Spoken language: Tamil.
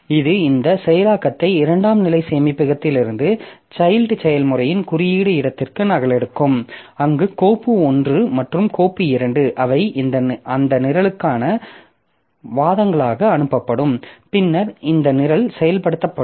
இது இந்தச் செயலாக்கத்தை இரண்டாம் நிலை சேமிப்பிலிருந்து சைல்ட் செயல்முறையின் குறியீடு இடத்திற்கு நகலெடுக்கும் அங்கு கோப்பு 1 மற்றும் கோப்பு 2 அவை அந்த நிரலுக்கான வாதங்களாக அனுப்பப்படும் பின்னர் இந்த நிரல் செயல்படுத்தப்படும்